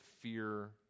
fear